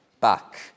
back